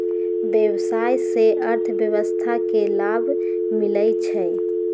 व्यवसाय से अर्थव्यवस्था के लाभ मिलइ छइ